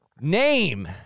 Name